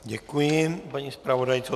Děkuji paní zpravodajce.